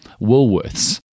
Woolworths